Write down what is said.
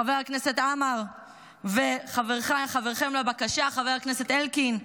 חבר הכנסת עמאר וחברכם לבקשה חבר הכנסת אלקין,